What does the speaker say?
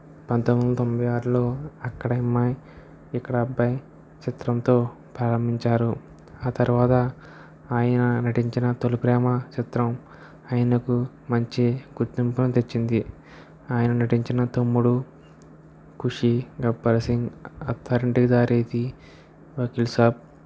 పంతొమ్మిది వందల తొంభై ఆరులో అక్కడ అమ్మాయి ఇక్కడ అబ్బాయి చిత్రంతో ప్రారంభించారు ఆ తర్వాత ఆయన నటించిన తొలిప్రేమ చిత్రం ఆయనకు మంచి గుర్తింపును తెచ్చింది ఆయన నటించిన తమ్ముడు ఖుషి గబ్బర్ సింగ్ అత్తారింటికి దారేది వకీల్ సాబ్